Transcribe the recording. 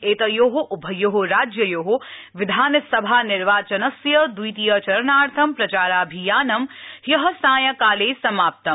एतयोः उभयोः राज्ययोः विधानसभा निर्वाचनस्य द्वितीय चरणार्थं प्रचाराभियानं ह्यः सांयकाले समाप्त्